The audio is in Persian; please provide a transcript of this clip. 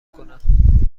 کنم